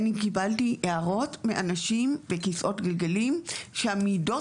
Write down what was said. אני קיבלתי מהערות מאנשים בכיסאות גלגלים שהמידות